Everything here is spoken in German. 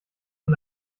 von